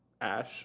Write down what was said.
ash